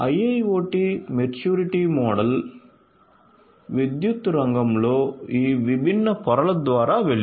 IIoT maturity model విద్యుత్ రంగంలో ఈ విభిన్న పొరల ద్వారా వెళ్ళింది